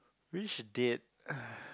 which date uh